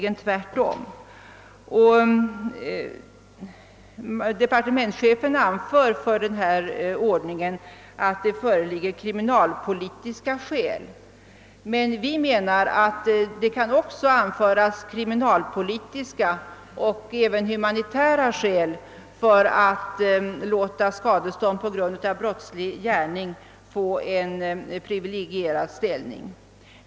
Till förmån för denna ordning anför departementschefen att det föreligger kriminalpolitiska skäl, men vi menar att det också kan anföras kriminalpolitiska och även humanitära skäl för att låta skadestånd på grund av brottslig gärning få en privilegierad ställning.